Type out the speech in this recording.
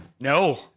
No